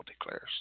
declares